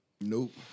Nope